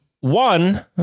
One